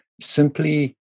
Simply